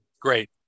Great